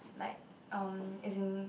like um as in